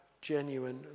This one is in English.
genuine